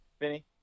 Vinny